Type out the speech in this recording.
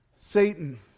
satan